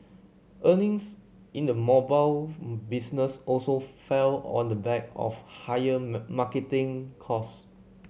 earnings in the mobile business also fell on the back of higher marketing cost